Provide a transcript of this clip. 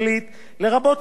לרבות אוטיזם,